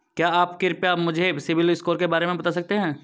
क्या आप कृपया मुझे सिबिल स्कोर के बारे में बता सकते हैं?